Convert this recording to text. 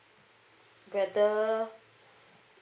whether